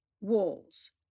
walls